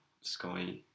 Sky